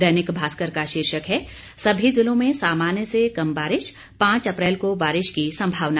दैनिक भास्कर का शीर्षक है सभी जिलों में सामान्य से कम बारिश पांच अप्रैल को बारिश की संभावना